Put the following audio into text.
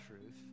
truth